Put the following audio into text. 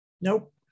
Nope